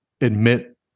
admit